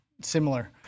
similar